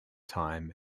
time